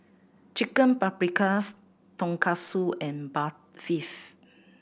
Chicken Paprikas Tonkatsu and Barfi